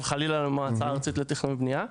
חלילה למועצה הארצית לתכנון ולבנייה.